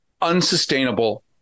unsustainable